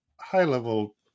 high-level